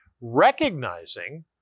recognizing